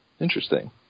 Interesting